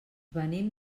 venim